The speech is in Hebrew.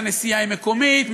הנסיעה היא מקומית,